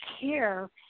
care